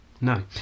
No